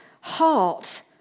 heart